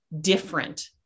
different